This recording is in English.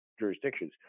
Jurisdictions